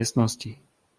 miestnosti